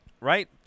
right